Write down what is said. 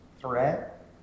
threat